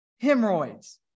hemorrhoids